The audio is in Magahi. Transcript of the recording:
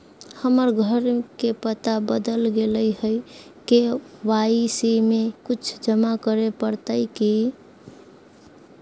हमर घर के पता बदल गेलई हई, के.वाई.सी में कुछ जमा करे पड़तई की?